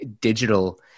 digital